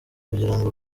kugirango